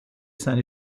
seine